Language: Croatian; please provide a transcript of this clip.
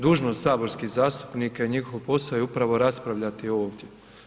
Dužnost saborskih zastupnika i njihov posao je upravlja raspravljati ovdje.